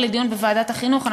לדיון בוועדת החינוך.